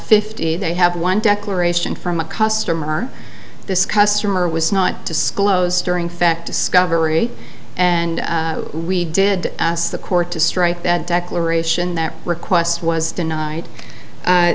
fifty they have one declaration from a customer this customer was not disclosed during fact discovery and we did ask the court to strike that declaration that request was denied